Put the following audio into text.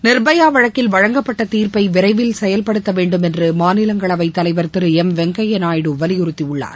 நிர்பயா வழக்கில் வழங்கப்பட்ட தீர்ப்பை விரைவில் செயல்படுத்த வேண்டும் என்று மாநிலங்களவைத் தலைவர் திரு எம் வெங்கய்யா நாயுடு வலியுறுத்தியுள்ளார்